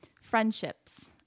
friendships